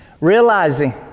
realizing